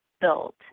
built